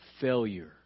failure